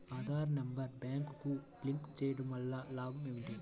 Aadhaar number బ్యాంక్నకు link చేయుటవల్ల లాభం ఏమిటి?